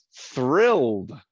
thrilled